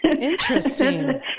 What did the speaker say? Interesting